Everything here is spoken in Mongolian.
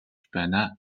байна